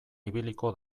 ibiliko